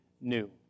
new